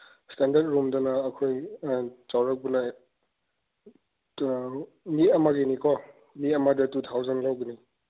standard ꯔꯨꯝꯗꯅ ꯑꯩꯈꯣꯏ ꯆꯧꯔꯥꯛꯄ ꯂꯥꯏꯛ ꯃꯤ ꯑꯃꯒꯤꯅꯤꯀꯣ ꯃꯤ ꯑꯃꯗ ꯇꯨ ꯊꯥꯎꯖꯟ ꯂꯧꯒꯅꯤ